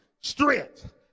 strength